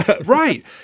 Right